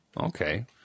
Okay